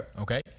Okay